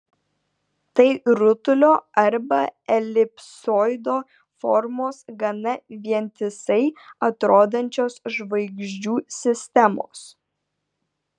tai rutulio arba elipsoido formos gana vientisai atrodančios žvaigždžių sistemos